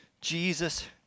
Jesus